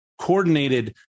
coordinated